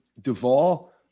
Duvall